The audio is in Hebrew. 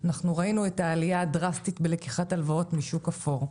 ראינו את העלייה הדראסטית בלקיחת הלוואות מהשוק האפור.